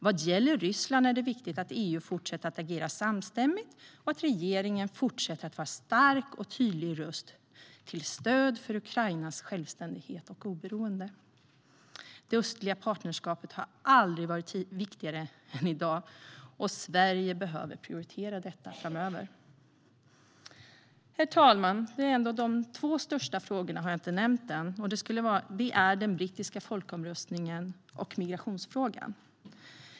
Vad gäller Ryssland är det viktigt att EU fortsätter att agera samstämmigt och att regeringen fortsätter att vara en stark och tydlig röst till stöd för Ukrainas självständighet och oberoende. Det östliga partnerskapet har aldrig varit viktigare än i dag. Sverige behöver prioritera det framöver. Herr talman! De två största frågorna har jag inte nämnt ännu. Det är den brittiska folkomröstningen och migrationsfrågan.